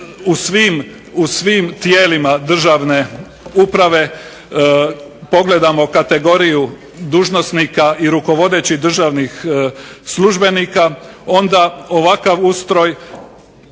u svim tijelima državne uprave pogledamo kategoriju dužnosnika i rukovodećih državnih službenika onda ovakav ustroj